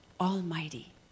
Almighty